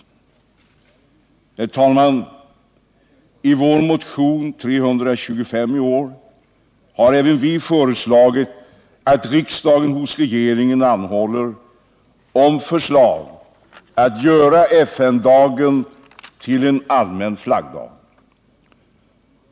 I vår motion 1977/78:325 har även vi föreslagit att riksdagen hos regeringen anhåller om förslag att göra FN-dagen till en allmän flaggdag.